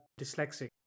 dyslexic